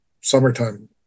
summertime